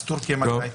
אז טורקיה לא מחר?